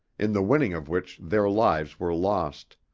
in the winning of which their lives were lost.